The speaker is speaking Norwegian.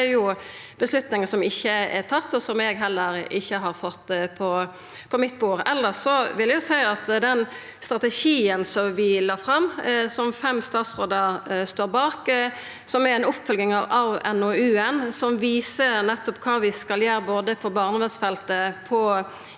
dette er jo avgjerder som ikkje er tatt, og som eg heller ikkje har fått på mitt bord. Elles vil eg seia at den strategien som vi la fram, som fem statsrådar står bak, som er ei oppfølging av NOU-en, og som viser nettopp kva vi skal gjera både på barnevernsfeltet,